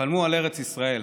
חלמו על ארץ ישראל.